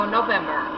November